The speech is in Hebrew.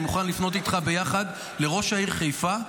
ואני מוכן לפנות איתך ביחד לראש העיר חיפה,